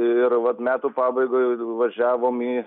ir vat metų pabaigoj važiavom į